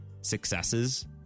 successes